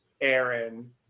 Aaron